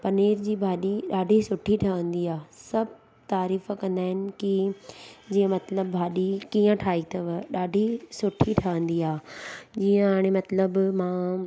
पनीर जी भाॼी ॾाढी सुठी ठहंदी आहे सभु तारीफ़ कंदा आहिनि की जीअं मतिलबु भाॼी कीअं ठाही अथव ॾाढी सुठी ठहंदी आहे जींअ हाणे मतिलबु मां